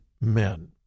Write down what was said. men